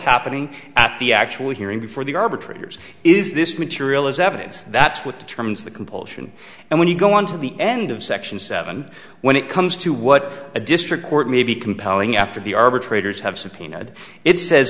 happening at the actual hearing before the arbitrators is this material as evidence that's what determines the compulsion and when you go on to the end of section seven when it comes to what a district court may be compelling after the arbitrator's have subpoenaed it says